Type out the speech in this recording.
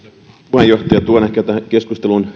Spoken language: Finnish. puheenjohtaja tuon ehkä tähän keskusteluun